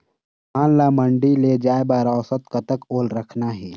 धान ला मंडी ले जाय बर औसत कतक ओल रहना हे?